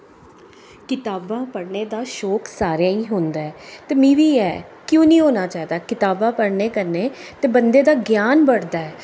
कताबां पढ़ने दा शौंक सारेआं गी होंदा ऐ ते मिगी बी ऐ क्यों निं होना चाहिदा कताबां पढ़ने कन्नै ते बंदे दा ज्ञान बढ़दा ऐ